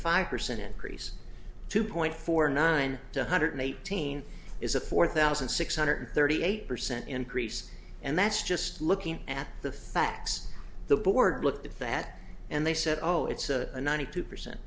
five percent increase two point four nine hundred eighteen is a four thousand six hundred thirty eight percent increase and that's just looking at the facts the board looked at that and they said oh it's a ninety two percent